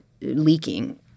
leaking